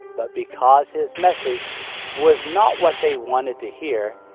but because his message was not what they wanted to hear,